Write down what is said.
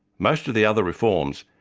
most of the other reforms,